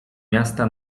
miasta